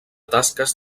tasques